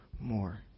more